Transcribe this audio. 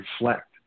reflect